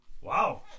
Wow